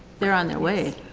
they're on their way.